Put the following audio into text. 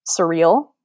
surreal